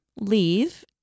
leave